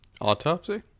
autopsy